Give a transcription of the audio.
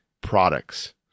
products